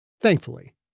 Thankfully